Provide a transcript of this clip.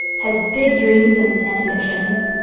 has big dreams and and ambitions.